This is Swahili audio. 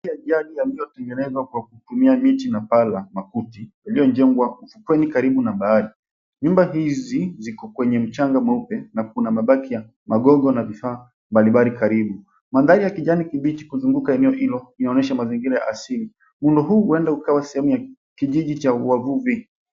Jumba ya jadi iliyojengwa kwa kutumia miti na paa la makuti. Yaliyojengwa ufukweni karibu na bahari. Nyumba hizi ziko kwenye mchanga mweupe na kuna mabaki ya magogo na vifaa mbalimbali karibu. Mandhari ya kijani kibichi kuzunguka eneo hilo inaonyesha mizimgira hasili. Umbo huu uenda ikawa sehemu cha kijiji cha wavuvi.